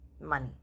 money